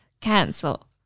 cancel